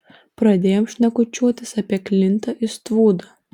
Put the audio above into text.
pradėjom šnekučiuotis apie klintą istvudą